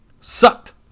sucked